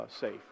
safe